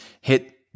hit